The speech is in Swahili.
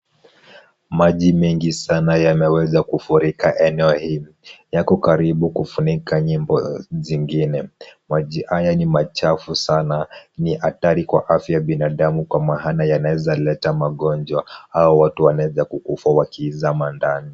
Maji mengi sana yanaweza kufurika eneo hili. Yako kukaribu kufunika nyumba zingine. Maji haya ni machafu sana, ni hatari kwa afya ya binadamu. Kwa maana yanaweza leta magonjwa, au watu wanaweza kukufa wakizama ndani.